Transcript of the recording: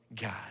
God